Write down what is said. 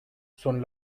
son